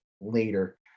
later